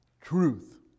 truth